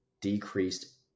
decreased